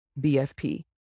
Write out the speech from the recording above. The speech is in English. BFP